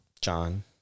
John